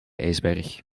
ijsberg